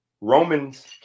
Romans